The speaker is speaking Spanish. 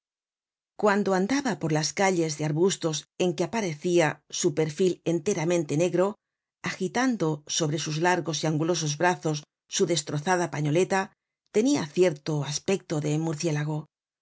cuando andaba por las calles de arbustos en que aparecia su perfdenteramente negro agitando sobre sus largos y angulosos brazos su destrozada pañoleta tenia cierto aspecto de murciélago